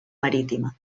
marítima